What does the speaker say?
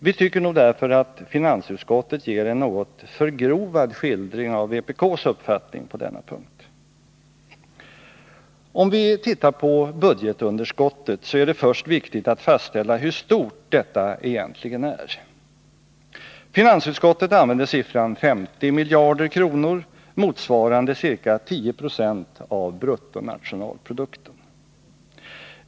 Vi tycker nog därför att finansutskottet ger en något förgrovad skildring av vpk:s uppfattning på denna punkt. Om vi tittar på budgetunderskottet så är det först viktigt att fastställa hur stort detta egentligen är. Finansutskottet använder siffran 50 miljarder, motsvarande ca 10 96 av bruttonationalprodukten.